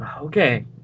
Okay